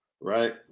right